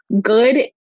good